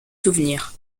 souvenirs